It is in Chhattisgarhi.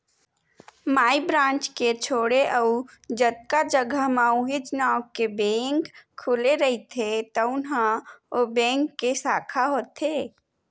माई ब्रांच के छोड़े अउ जतका जघा म उहींच नांव के बेंक खुले रहिथे तउन ह ओ बेंक के साखा होथे